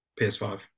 PS5